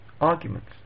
arguments